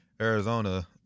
Arizona